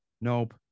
Nope